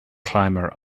climber